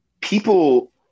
people